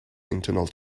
internal